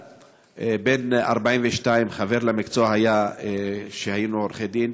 בן 42, היה חבר למקצוע כשהיינו עורכי דין,